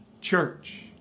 church